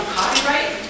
copyright